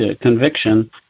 conviction